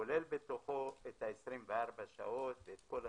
כולל בתוכו את ה-24 שעות, את כל הדברים.